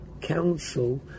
council